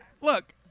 look